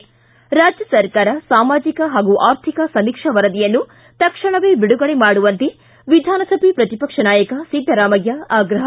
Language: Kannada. ಿ ರಾಜ್ಯ ಸರ್ಕಾರ ಸಾಮಾಜಿಕ ಹಾಗೂ ಆರ್ಥಿಕ ಸಮೀಕ್ಷಾ ವರದಿಯನ್ನು ತಕ್ಷಣವೇ ಬಿಡುಗಡೆ ಮಾಡುವಂತೆ ವಿಧಾನಸಭೆ ಪ್ರತಿಪಕ್ಷ ನಾಯಕ ಸಿದ್ದರಾಮಯ್ಯ ಆಗ್ರಹ